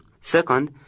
Second